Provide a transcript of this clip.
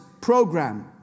program